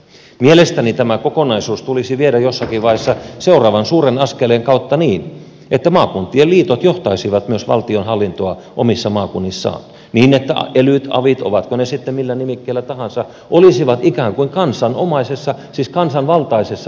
mielestäni tämä kokonaisuus tulisi viedä jossakin vaiheessa seuraavan suuren askeleen kautta niin että maakuntien liitot johtaisivat myös valtionhallintoa omissa maakunnissaan niin että elyt avit ovat ne sitten millä nimikkeillä tahansa olisivat ikään kuin kansanomaisessa siis kansanvaltaisessa ohjauksessa